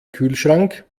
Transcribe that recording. kühlschrank